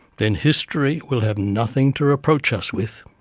then history will have nothing to reproach us with.